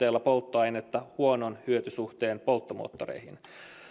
polttoainetta huonon hyötysuhteen polttomoottoreihin